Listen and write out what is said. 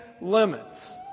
limits